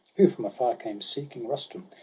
who from afar came seeking rustum,